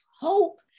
hope